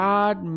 God